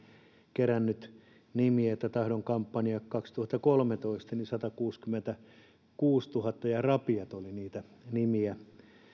kerännyt nimiä tahdon kampanja kaksituhattakolmetoista keräsi satakuusikymmentäkuusituhatta ja rapiat niitä nimiä